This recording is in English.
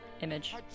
image